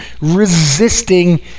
resisting